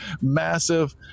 massive